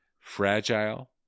Fragile